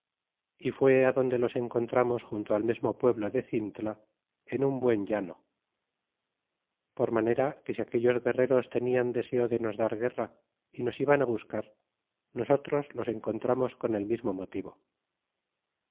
y fué adonde los encontramos junto al mesmo pueblo de cintla en un buen llano por manera que si aquellos guerreros tenian deseo de nos dar guerra y nos iban á buscar nosotros los encontramos con el mismo mo